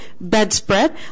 bedspread